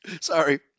Sorry